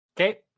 Okay